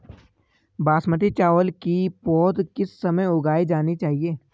बासमती चावल की पौध किस समय उगाई जानी चाहिये?